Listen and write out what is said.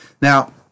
Now